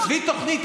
עזבי תוכנית,